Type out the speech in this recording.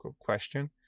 question